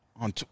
On